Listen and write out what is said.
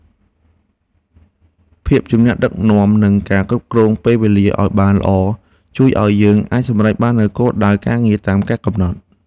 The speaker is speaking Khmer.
ភាពជាអ្នកដឹកនាំនិងការគ្រប់គ្រងពេលវេលាឱ្យបានល្អ ជួយឱ្យយើងអាចសម្រេចបាននូវគោលដៅការងារតាមការកំណត់។